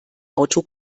auto